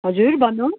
हजुर भन्नु